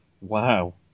Wow